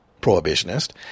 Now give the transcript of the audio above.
prohibitionist